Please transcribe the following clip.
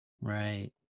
Right